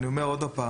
אני אומר שוב,